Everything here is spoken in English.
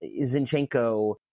zinchenko